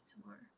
tomorrow